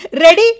Ready